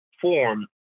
form